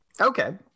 Okay